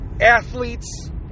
athletes